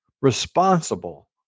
responsible